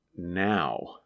now